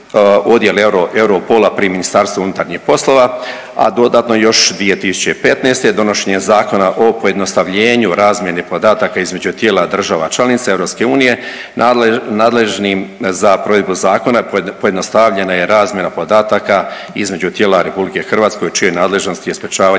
Odjel EUROPOL-a pri Ministarstvu unutarnjih poslova, a dodatno još 2015. donošenjem Zakona o pojednostavljenju razmjene podataka između tijela država članica EU nadležnim za provedbu zakona pojednostavljena je razmjena podataka između tijela RH u čijoj nadležnosti je sprječavanje